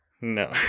No